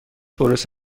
برس